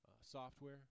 software